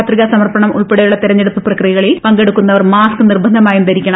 പത്രികാ സമർപ്പണം ഉൾപ്പെടെയുള്ള തെരഞ്ഞെടുപ്പ് പ്രക്രിയകളിൽ പങ്കെടുക്കുന്നവർ മാസ്ക് നിർബന്ധമായും ധരിക്കണം